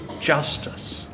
justice